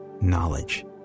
knowledge